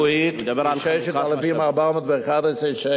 השעה השבועית היא 6,411 שקל,